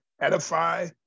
edify